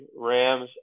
Rams